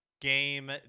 game